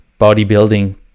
bodybuilding